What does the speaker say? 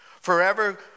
Forever